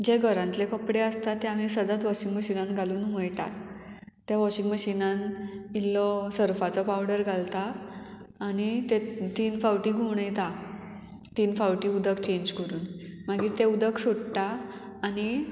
जे घरांतले कपडे आसता ते आमी सदांच वॉशींग मशीनान घालून वयतात त्या वॉशिंग मशिनान इल्लो सर्फाचो पावडर घालता आनी ते तीन फावटी घुंवडायता तीन फावटी उदक चेंज करून मागीर तें उदक सोडटा आनी